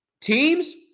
Teams